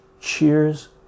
Cheers